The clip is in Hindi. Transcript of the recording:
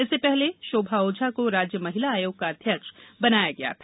इसके पहले शोभा ओझा को राज्य महिला आयोग का अध्यक्ष बनाया गया था